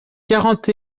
quarante